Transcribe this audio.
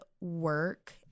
work